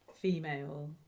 female